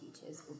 teachers